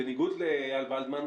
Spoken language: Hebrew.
בניגוד לאיל ולדמן,